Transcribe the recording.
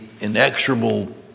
inexorable